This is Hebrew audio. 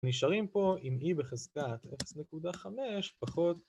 נשארים פה עם e בחזקת 0.5 פחות